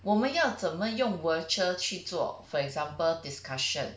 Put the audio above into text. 我们要怎么用 virtual 去做 for example discussion